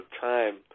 time